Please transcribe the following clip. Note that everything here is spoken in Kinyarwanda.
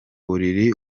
buriri